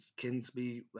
Kinsby